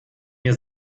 mir